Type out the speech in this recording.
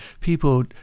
people